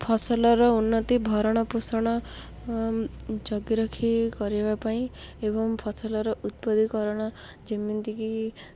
ଫସଲର ଉନ୍ନତି ଭରଣ ପୋଷଣ ଜଗିରଖି କରିବା ପାଇଁ ଏବଂ ଫସଲର ଉତ୍ପତିକରଣ ଯେମିତିକି